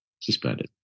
suspended